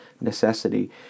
necessity